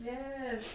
Yes